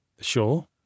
Sure